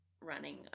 running